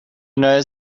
knows